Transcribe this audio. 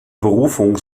berufung